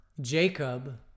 Jacob